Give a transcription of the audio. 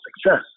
success